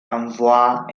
envoie